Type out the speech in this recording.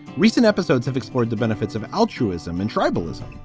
recent episodes have explored the benefits of altruism and tribalism,